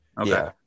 Okay